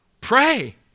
Pray